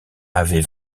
avait